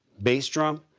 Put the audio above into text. bass drum,